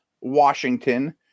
Washington